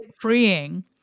freeing